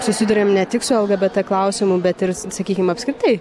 susiduriam ne tik su lgbt klausimų bet ir sakykim apskritai